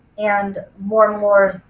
and more and more